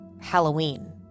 Halloween